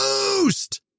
Boost